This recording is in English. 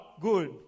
good